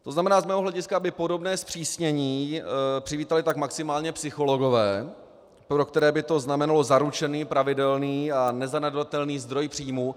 To znamená, z mého hlediska by podobné zpřísnění přivítali tak maximálně psychologové, pro které by to znamenalo zaručený, pravidelný a nezanedbatelný zdroj příjmů.